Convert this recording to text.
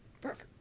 Perfect